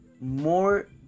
more